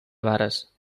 vares